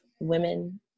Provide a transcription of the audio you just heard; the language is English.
women